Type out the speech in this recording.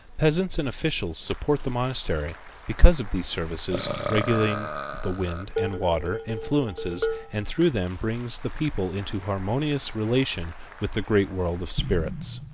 peasants and officials support the monastery because of these services regulating the wind and water influences and through them bringing the people into harmonious relation with the great world of spirits.